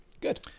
Good